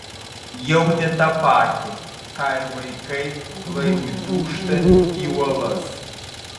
jautė tą patį ką ir vaikai laivui dūžtant į uolas